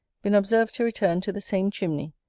been observed to return to the same chimney,